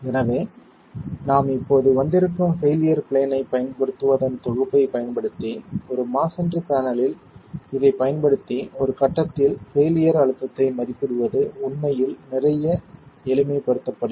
எனவே நாம் இப்போது வந்திருக்கும் பெயிலியர் பிளேன் ஐப் பயன்படுத்துவதன் தொகுப்பைப் பயன்படுத்தி ஒரு மஸோன்றி பேனலில் இதைப் பயன்படுத்தி ஒரு கட்டத்தில் பெயிலியர் அழுத்தத்தை மதிப்பிடுவது உண்மையில் நிறைய எளிமைப்படுத்தப்படுகிறது